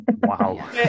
Wow